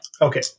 Okay